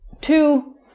two